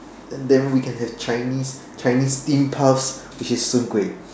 then we can have Chinese Chinese steam puff which is soon-Kueh